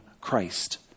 Christ